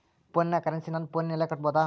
ಫೋನಿನ ಕರೆನ್ಸಿ ನನ್ನ ಫೋನಿನಲ್ಲೇ ಕಟ್ಟಬಹುದು?